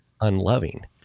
unloving